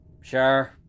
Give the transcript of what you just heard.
Sure